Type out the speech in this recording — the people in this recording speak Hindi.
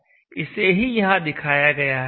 इसे ही यहां दिखाया गया है